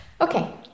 Okay